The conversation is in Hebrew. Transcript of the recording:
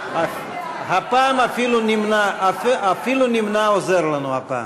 הפעם אפילו "נמנע" עוזר לנו.